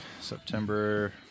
September